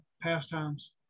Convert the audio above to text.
pastimes